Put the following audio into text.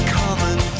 common